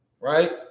right